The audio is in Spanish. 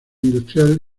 industrial